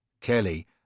Kelly